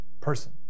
person